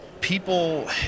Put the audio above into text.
people